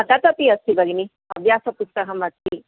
तदपि अस्ति भगिनि अभ्यास पुस्तकम् अस्ति